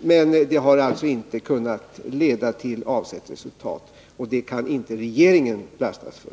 Men det har inte kunnat leda till avsett Fredagen den resultat. Det kan regeringen inte lastas för.